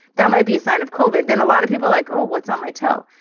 that might be a sign of coalbed. then a lot of people like, oh, what's on my toe?